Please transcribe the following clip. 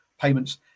payments